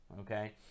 Okay